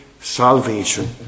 salvation